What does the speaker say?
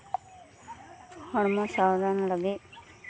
ᱦᱚᱲᱢᱚ ᱥᱟᱶᱨᱟᱱ ᱞᱟᱹᱜᱤᱫ